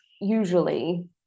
usually